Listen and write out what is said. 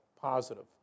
positive